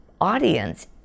audience